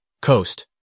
Coast